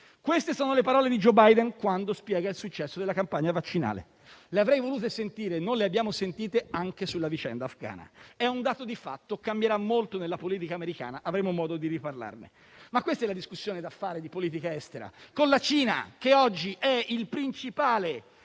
Queste sono le parole di Joe Biden quando spiega il successo della campagna vaccinale. Le avrei volute sentire, ma così non è stato, anche sulla vicenda afgana. È un dato di fatto: cambierà molto nella politica americana e avremo modo di riparlarne. Questa è la discussione da fare di politica estera, con la Cina che oggi è il principale